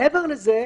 מעבר לזה,